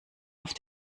auf